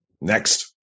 Next